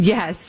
Yes